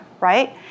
right